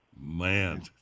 Man